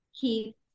keep